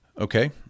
Okay